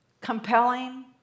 compelling